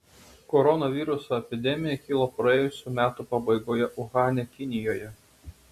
koronaviruso epidemija kilo praėjusių metų pabaigoje uhane kinijoje